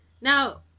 Now